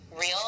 real